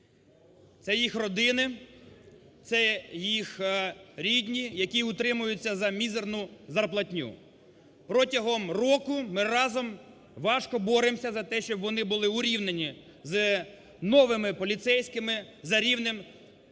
це їх родини, це їх рідні, які утримуються за мізерну зарплатню. Протягом року ми разом важко боремося за те, щоб вони були урівнені з новими поліцейськими за рівнем своєї пенсії.